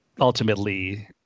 ultimately